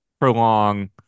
prolong